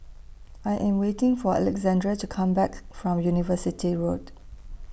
I Am waiting For Alexandra to Come Back from University Road